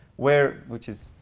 where which is